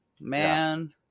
man